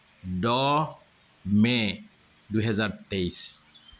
দহ মে দুহেজাৰ তেইছ